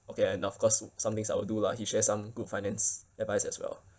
okay and of course wo~ some things I would do lah he share some good finance advice as well